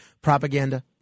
propaganda